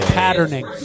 patterning